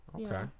okay